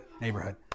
neighborhood